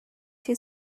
two